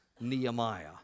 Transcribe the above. Nehemiah